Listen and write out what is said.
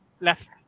left